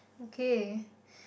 okay